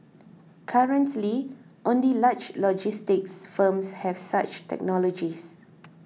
currently only large logistics firms have such technologies